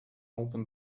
open